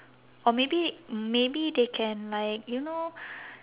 or maybe maybe they can like you know